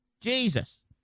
Jesus